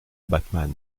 batman